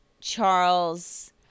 Charles